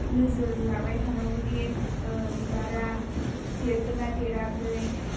नोजोर लाबाय थानांगौदि बिबारा देरदोंना देराखै